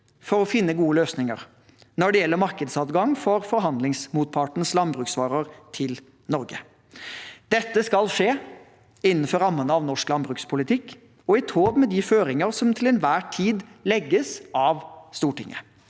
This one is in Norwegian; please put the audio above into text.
for å finne gode løsninger når det gjelder markedsadgang for forhandlingsmotpartens landbruksvarer til Norge. Dette skal skje innenfor rammene av norsk landbrukspolitikk og i tråd med de føringer som til enhver tid legges av Stortinget.